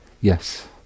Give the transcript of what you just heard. yes